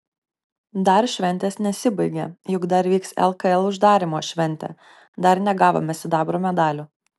dar šventės nesibaigė juk dar vyks lkl uždarymo šventė dar negavome sidabro medalių